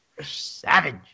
Savage